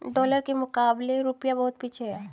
dollar के मुकाबले रूपया बहुत पीछे है